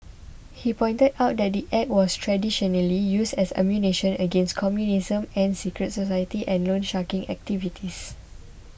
he pointed out that the Act was traditionally used as ammunition against communism and secret society and loansharking activities